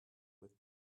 with